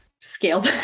scale